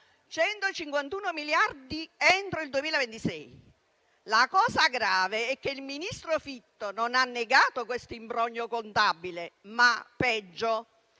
151 miliardi entro il 2026. La cosa grave è che il ministro Fitto non ha negato questo imbroglio contabile, ma - peggio